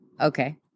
Okay